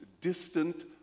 distant